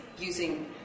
using